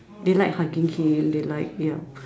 they like hugging him they like yup